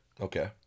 Okay